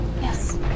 Yes